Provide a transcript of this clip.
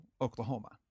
Oklahoma